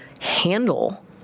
handle